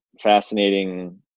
fascinating